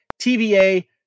TVA